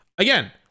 Again